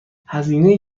هزینه